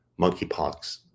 monkeypox